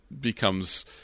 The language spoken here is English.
becomes